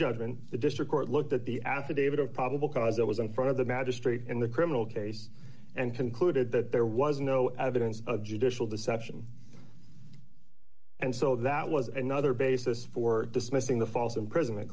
judgment the district court looked at the affidavit of probable cause that was in front of the magistrate in the criminal case and concluded that there was no evidence of judicial deception and so that was another basis for dismissing the false imprisonment